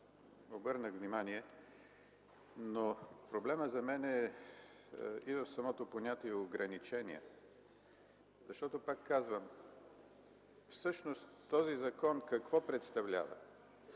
Обърнах внимание, но проблемът за мен е и в самото понятие „ограничения”, защото, пак казвам, всъщност този закон какво представлява?